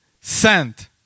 sent